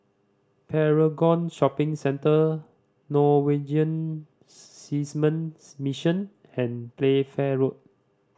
Paragon Shopping Centre Norwegian Seasmen's Mission and Playfair Road